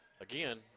again